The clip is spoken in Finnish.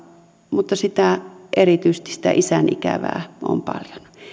mutta erityisesti sitä isän ikävää on paljon